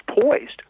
poised